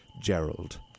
Gerald